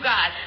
God